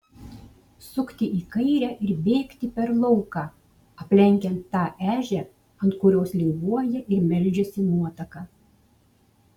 sukti į kairę ir bėgti per lauką aplenkiant tą ežią ant kurios linguoja ir meldžiasi nuotaka